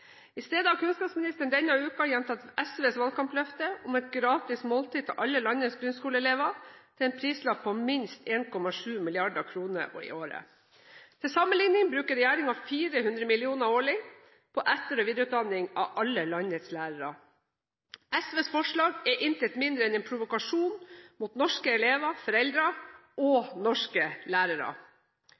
I stedet har kunnskapsministeren denne uken gjentatt SVs valgkampløfte om et gratis måltid til alle landets grunnskoleelever, til en prislapp på minst 1,7 mrd. kr i året. Til sammenlikning bruker regjeringen 400 mill. kr årlig på etter- og videreutdanning av alle landets lærere. SVs forslag er intet mindre enn en provokasjon mot norske elever, foreldre og lærere.